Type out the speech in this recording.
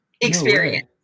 experience